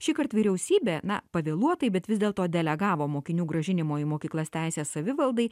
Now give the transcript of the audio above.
šįkart vyriausybė na pavėluotai bet vis dėlto delegavo mokinių grąžinimo į mokyklas teisę savivaldai